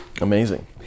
Amazing